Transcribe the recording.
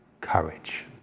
courage